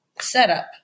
setup